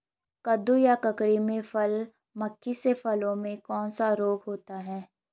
कद्दू या ककड़ी में फल मक्खी से फलों में कौन सा रोग होता है?